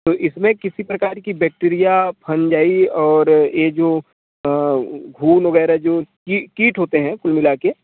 तो इसमें किसी प्रकार की बैक्टीरिया फनजाई और ये जो घुन वगेरह जो की कीट होते हैं कुल मिला कर